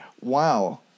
Wow